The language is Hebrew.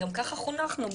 גם ככה חונכנו,